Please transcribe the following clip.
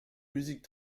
musiques